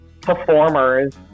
performers